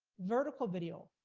vertical video,